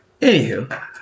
Anywho